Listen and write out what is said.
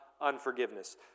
unforgiveness